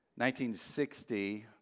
1960